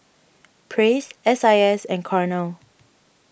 Praise S I S and Cornell